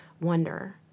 Wonder